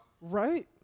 Right